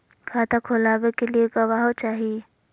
खाता खोलाबे के लिए गवाहों चाही?